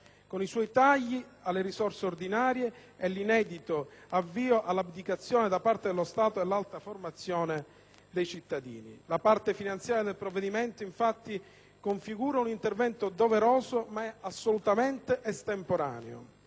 con i suoi tagli alle risorse ordinarie e l'inedito e sconcertante avvio dell'abdicazione da parte dello Stato all'alta formazione dei cittadini. La parte finanziaria del provvedimento infatti configura un intervento doveroso ma estemporaneo.